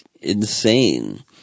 insane